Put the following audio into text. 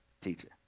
Teacher